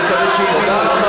אני מקווה שהיא הבינה.